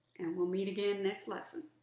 and we'll meet again next lesson.